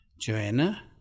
Joanna